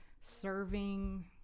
serving